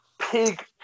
pig